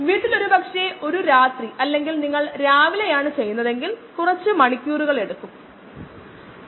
ഇപ്പോൾ ആവശ്യമുള്ളവയെ എങ്ങനെ തന്നിരിക്കുന്നവയുമായി ബന്ധിപ്പിക്കാം